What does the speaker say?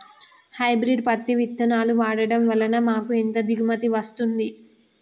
Hybrid పత్తి విత్తనాలు వాడడం వలన మాకు ఎంత దిగుమతి వస్తుంది?